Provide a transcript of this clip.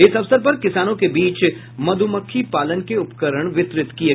इस अवसर पर किसानों के बीच मधुमक्खी पालन के उपकरण वितरित किये